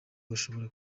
bashobora